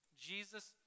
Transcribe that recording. Jesus